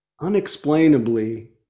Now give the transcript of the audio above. unexplainably